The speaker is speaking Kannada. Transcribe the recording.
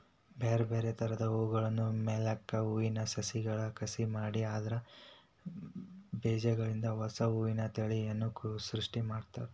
ಬ್ಯಾರ್ಬ್ಯಾರೇ ತರದ ಹೂಗಳನ್ನ ಬೆಳ್ಯಾಕ ಹೂವಿನ ಸಸಿಗಳ ಕಸಿ ಮಾಡಿ ಅದ್ರ ಬೇಜಗಳಿಂದ ಹೊಸಾ ಹೂವಿನ ತಳಿಯನ್ನ ಸೃಷ್ಟಿ ಮಾಡ್ತಾರ